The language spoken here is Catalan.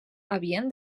havien